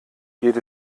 geht